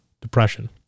depression